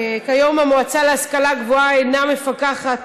כיום המועצה להשכלה גבוהה אינה מפקחת